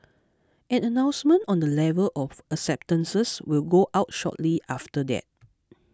an announcement on the level of acceptances will go out shortly after that